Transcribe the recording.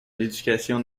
l’éducation